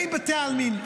באים בתי העלמין,